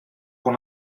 pour